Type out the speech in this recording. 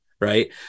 right